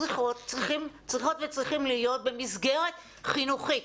צריכות וצריכים להיות במסגרת חינוכית,